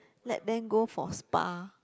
let them go for spa